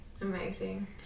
Amazing